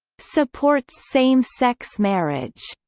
supports same-sex marriage.